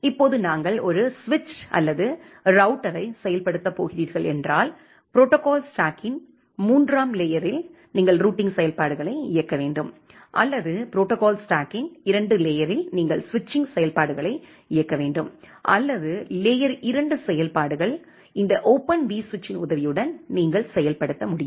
இப்போது நாங்கள் ஒரு சுவிட்ச் அல்லது ரௌட்டரையை செயல்படுத்தப் போகிறீர்கள் என்றால் ப்ரோடோகால் ஸ்டாக்கின் மூன்றாம் லேயரில் நீங்கள் ரூட்டிங் செயல்பாடுகளை இயக்க வேண்டும் அல்லது ப்ரோடோகால் ஸ்டாக்கின் இரண்டு லேயரில் நீங்கள் ஸ்விட்சிங் செயல்பாடுகளை இயக்க வேண்டும் அல்லது லேயர் இரண்டு செயல்பாடுகள் இந்த ஓபன் விஸ்விட்ச்சின் உதவியுடன் நீங்கள் செயல்படுத்த முடியும்